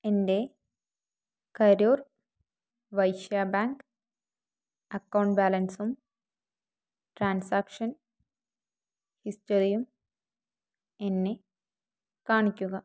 എൻ്റെ Karur Vysya bank account ബാലൻസും transaction ഹിസ്റ്ററിയും എന്നെ കാണിക്കുക